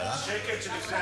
השקט שלפני הסערה.